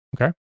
Okay